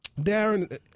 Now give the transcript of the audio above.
Darren